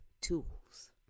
tools